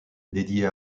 dédiée